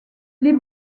les